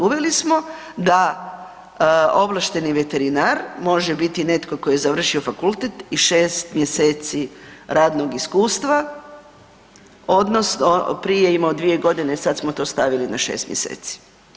Uveli smo da ovlašteni veterinar može biti netko tko je završio fakultet i 6 mjeseci radnog iskustva odnosno prije je imao 2 godine i sad smo to stavili na 6 mjeseci.